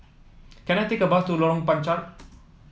can I take a bus to Lorong Panchar